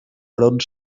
front